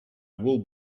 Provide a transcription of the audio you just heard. will